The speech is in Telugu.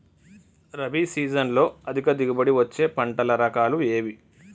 రబీ సీజన్లో అధిక దిగుబడి వచ్చే పంటల రకాలు ఏవి?